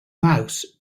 mouse